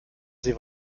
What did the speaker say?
sie